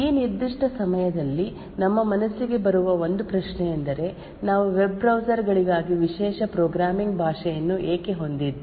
ಈ ನಿರ್ದಿಷ್ಟ ಸಮಯದಲ್ಲಿ ನಮ್ಮ ಮನಸ್ಸಿಗೆ ಬರುವ ಒಂದು ಪ್ರಶ್ನೆಯೆಂದರೆ ನಾವು ವೆಬ್ ಬ್ರೌಸರ್ ಗಳಿಗಾಗಿ ವಿಶೇಷ ಪ್ರೋಗ್ರಾಮಿಂಗ್ ಭಾಷೆಯನ್ನು ಏಕೆ ಹೊಂದಿದ್ದೇ